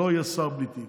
שלא יהיה שר בלי תיק.